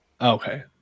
Okay